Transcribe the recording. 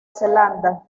zelanda